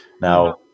Now